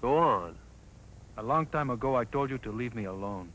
go on a long time ago i told you to leave me alone